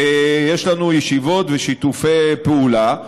ויש לנו ישיבות ושיתופי פעולה.